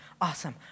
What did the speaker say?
awesome